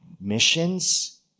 missions